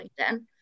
LinkedIn